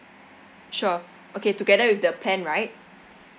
sure okay together with the plan right